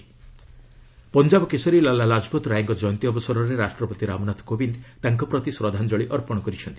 ପ୍ରେକ୍ ଲାଲା ଲାଜ୍ପତ ରାୟ ପଞ୍ଜାବ କେଶରୀ ଲାଲା ଲାଜ୍ପତ ରାୟଙ୍କ ଜୟନ୍ତୀ ଅବସରରେ ରାଷ୍ଟ୍ରପତି ରାମନାଥ କୋବିନ୍ଦ ତାଙ୍କ ପ୍ରତି ଶ୍ରଦ୍ଧାଞ୍ଜଳି ଅର୍ପଣ କରିଛନ୍ତି